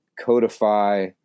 codify